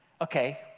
Okay